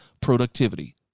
productivity